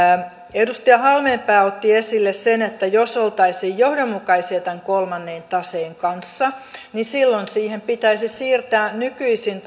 edustaja halmeenpää otti esille sen että jos oltaisiin johdonmukaisia tämän kolmannen taseen kanssa niin silloin siihen pitäisi siirtää nykyisin